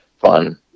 fun